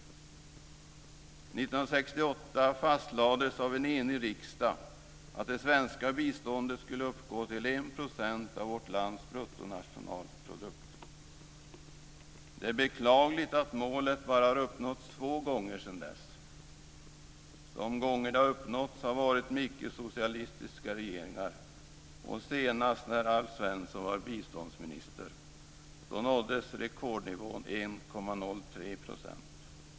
År 1968 fastlades av en enig riksdag att det svenska biståndet skulle uppgå till 1 % av vårt lands bruttonationalprodukt. Det är beklagligt att detta mål har uppnåtts bara två gånger sedan dess. De gånger som det uppnåtts har det varit under ickesocialistiska regeringar, senast när Alf Svensson var biståndsminister. Då nåddes rekordnivån 1,03 %.